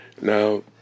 Now